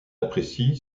apprécie